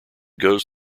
goes